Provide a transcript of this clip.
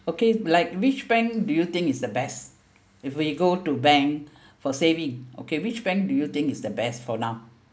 okay like which bank do you think is the best if we go to bank for saving okay which bank do you think is the best for now